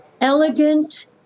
elegant